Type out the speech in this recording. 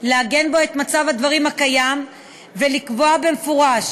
לעגן בו את מצב הדברים הקיים ולקבוע במפורש